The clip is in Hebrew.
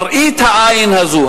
מראית העין הזאת,